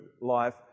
life